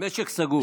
משק סגור.